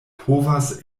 povas